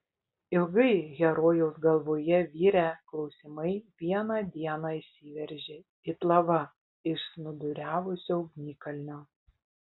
ilgai herojaus galvoje virę klausimai vieną dieną išsiveržė it lava iš snūduriavusio ugnikalnio